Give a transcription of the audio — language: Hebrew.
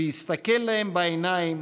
שיסתכל להם בעיניים